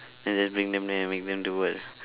and just bring them there and make them do what